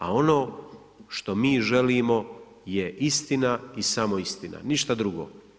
A ono što mi želimo je istina i samo istina, ništa druga.